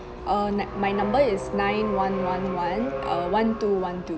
uh na~ my number is nine one one one uh one two one two